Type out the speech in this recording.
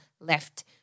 left